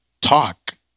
talk